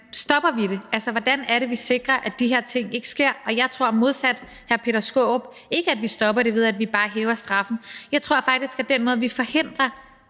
stopper det. Altså, hvordan er det, vi sikrer, at de her ting ikke sker? Jeg tror modsat hr. Peter Skaarup ikke, at vi stopper det ved, at vi bare hæver straffen. Jeg tror faktisk, at den måde, vi forhindrer,